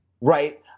right